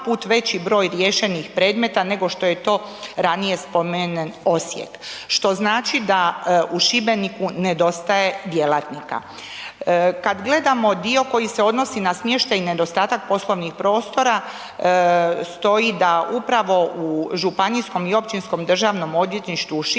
puta veći broj riješenih predmeta nego što je to ranije spomenut Osijek što znači da u Šibeniku nedostaje djelatnika. Kad gledamo dio koji se odnosi na smještaj i nedostatak poslovnih prostora stoji da upravo u županijskom i Općinskom državnom odvjetništvu u Šibeniku